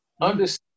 understand